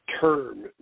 term